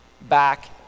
back